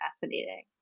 fascinating